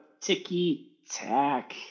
ticky-tack